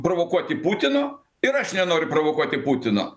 provokuoti putino ir aš nenoriu provokuoti putino